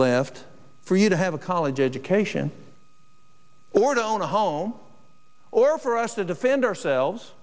left for you to have a college education or to own a home or for us to defend ourselves